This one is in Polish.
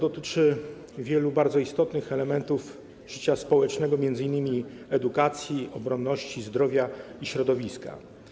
Powyższy projekt dotyczy wielu bardzo istotnych elementów życia społecznego, m.in. edukacji, obronności, zdrowia i środowiska.